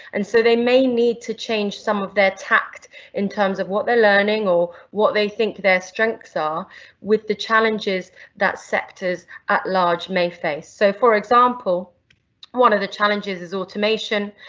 and so they may need to change some of their tact in terms of what they're learning, or what they think their strengths are with the challenges that sectors at large may face, so for example one of the challenges is automation.